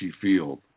field